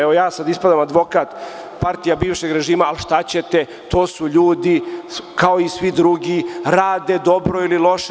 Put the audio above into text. Evo, sada ja ispadam advokat partija bivšeg režima, ali šta ćete, to su ljudi kao i svi drugi, rade dobro ili loše.